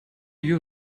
you